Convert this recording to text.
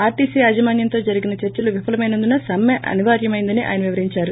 ఆర్షీసీ యాజమాన్యంతో జరిగిన చర్చలు విఫలమైనందున సమ్మె అనివార్యమైందని ఆయన వివరించారు